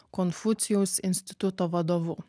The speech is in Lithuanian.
konfucijaus instituto vadovu